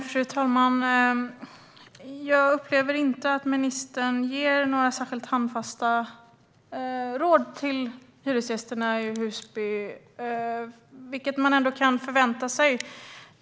Fru talman! Jag upplever inte att ministern ger några särskilt handfasta råd till hyresgästerna i Husby, vilket man ändå kan förvänta sig.